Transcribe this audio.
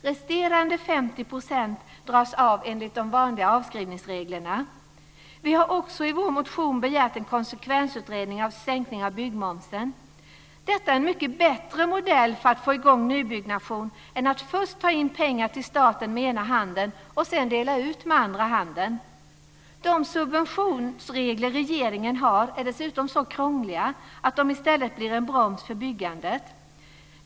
Resterande 50 % dras av enligt de vanliga avskrivningsreglerna. Vi har också i vår motion begärt en konsekvensutredning av en sänkning av byggmomsen. Detta är en mycket bättre modell för att få i gång nybyggnation - bättre än att först ta in pengar till staten med ena handen och sedan dela ut med andra handen. De subventionsregler regeringen har är dessutom så krångliga att de blir en broms för byggandet.